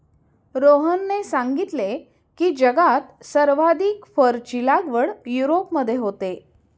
रोहनने सांगितले की, जगात सर्वाधिक फरची लागवड युरोपमध्ये होते